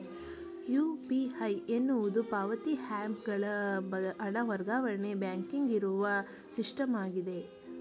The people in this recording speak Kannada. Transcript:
ಯು.ಪಿ.ಐ ಎನ್ನುವುದು ಪಾವತಿ ಹ್ಯಾಪ್ ಗಳ ಹಣ ವರ್ಗಾವಣೆಗೆ ಬ್ಯಾಂಕಿಂಗ್ ಇರುವ ಸಿಸ್ಟಮ್ ಆಗಿದೆ